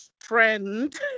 friend